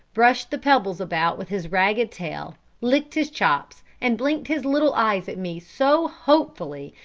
brushed the pebbles about with his ragged tail, licked his chops, and blinked his little eyes at me so hopefully,